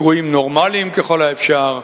הקרואים נורמליים ככל האפשר,